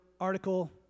article